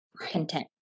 Content